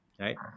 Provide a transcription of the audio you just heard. right